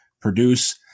produce